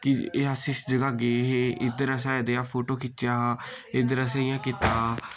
कि एह् अस इस जगह गे हे इद्धर असें ए देआ फोटो खिच्चेआ हा इद्धर असैं इयां कीता हा